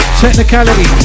technicality